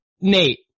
Nate